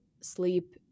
sleep